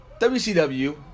WCW